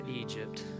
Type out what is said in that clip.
Egypt